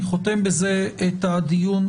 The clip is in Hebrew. אני חותם בזה את הדיון.